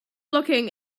looking